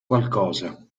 qualcosa